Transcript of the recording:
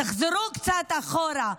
תחזרו קצת אחורה,